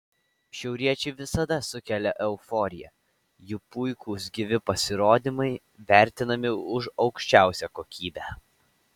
šiauriečiai visada sukelia euforiją jų puikūs gyvi pasirodymai vertinami už aukščiausią kokybę